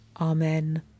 Amen